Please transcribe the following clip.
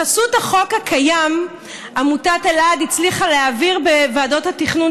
בחסות החוק הקיים עמותת אלעד הצליחה להעביר בוועדות התכנון